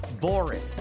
boring